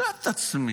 אני שואל את עצמי,